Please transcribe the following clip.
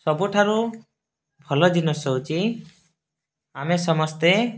ସବୁଠାରୁ ଭଲ ଜିନିଷ ହେଉଛି ଆମେ ସମସ୍ତେ